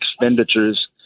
expenditures